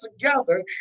together